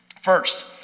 First